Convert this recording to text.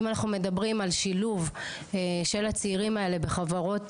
אם אנחנו מדברים על שילוב של הצעירים האלה בחברות